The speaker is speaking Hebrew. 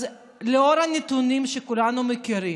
אז לאור הנתונים שכולנו מכירים,